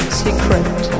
secret